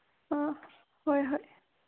ꯍꯣꯏ ꯍꯣꯏ